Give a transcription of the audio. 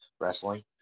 Wrestling